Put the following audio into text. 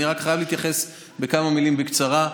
אני רק חייב להתייחס בכמה מילים בקצרה.